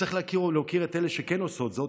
צריך להכיר ולהוקיר את אלה שכן עושות זאת,